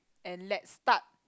and let's start